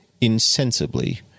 insensibly